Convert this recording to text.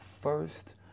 first